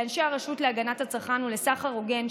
לאנשי הרשות להגנת הצרכן ולסחר הוגן,